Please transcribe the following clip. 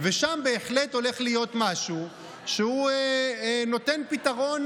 ושם בהחלט הולך להיות משהו שהוא נותן פתרון,